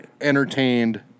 entertained